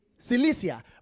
Cilicia